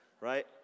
Right